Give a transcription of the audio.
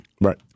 Right